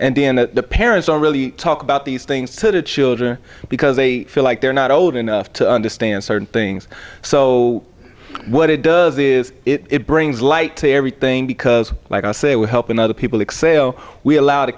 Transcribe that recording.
and the end parents don't really talk about these things to the children because they feel like they're not old enough to understand certain things so what it does is it brings light to everything because like i say we're helping other people excel we allow the